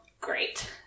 great